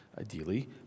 ideally